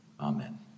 Amen